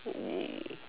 oh